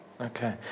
Okay